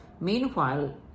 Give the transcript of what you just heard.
meanwhile